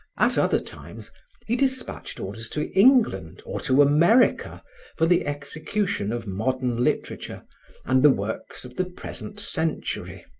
at other times he dispatched orders to england or to america for the execution of modern literature and the works of the present century.